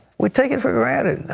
we take it for granted.